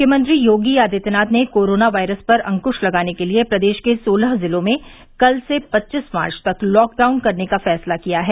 मुख्यमंत्री योगी आदित्यनाथ ने corona virus पर अंक्श लगाने के लिये प्रदेश के सोलह जिलों में कल से पच्चीस मार्च तक लॉक डाउन करने का फैसला किया है